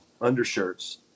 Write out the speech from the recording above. undershirts